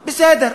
בסדר,